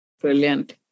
Brilliant